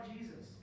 Jesus